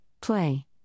Play